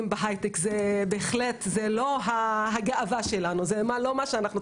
הוא מקבל מכתב